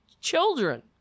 children